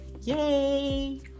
Yay